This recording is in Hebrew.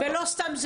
ולא סתם,